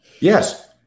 Yes